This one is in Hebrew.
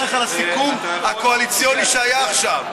על הסיכום הקואליציוני שהיה עכשיו.